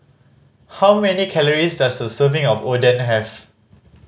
how many calories does a serving of Oden have